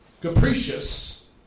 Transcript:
capricious